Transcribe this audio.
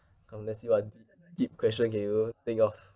unless you have deep deep question can you think of